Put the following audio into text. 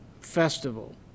festival